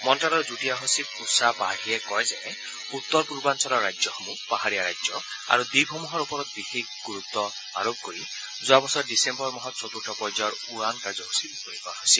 মন্তালয়ৰ যুটীয়া সচিব উষা পাঢ়িয়ে কয় যে উত্তৰ পূৰ্বাঞ্চলৰ ৰাজ্যসমূহ পাহাৰীয়া ৰাজ্য আৰু দ্বীপসমূহৰ ওপৰত বিশেষভাৱে গুৰুত্ব আৰোপ কৰি যোৱা বছৰৰ ডিচেম্বৰ মাহত চতুৰ্থ পৰ্যায়ৰ উড়ান কাৰ্যসূচী মুকলি কৰা হৈছিল